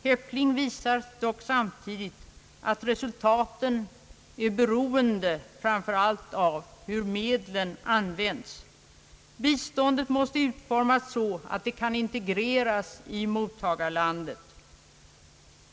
Heppling visar dock samtidigt att resultaten ofta är beroende framför allt av hur medlen används. Biståndet måste utformas så att det kan integreras i mottagarlandet.